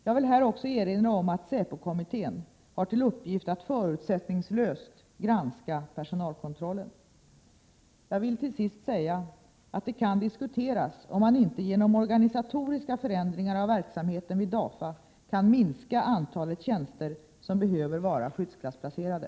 Jag vill här också erinra om att SÄPO-kommittén har till uppgift att förutsättningslöst granska personalkontrollen. Jag vill till sist säga att det kan diskuteras om man inte genom organisatoriska förändringar av verksamheten vid DAFA kan minska antalet tjänster som behöver vara skyddsklassplacerade.